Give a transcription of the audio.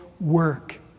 work